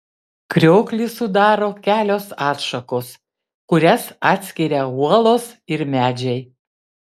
krioklį sudaro kelios atšakos kurias atskiria uolos ir medžiai